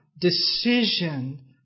decision